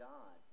God